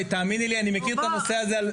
תאמיני לי, אני מכיר את הנושא הזה.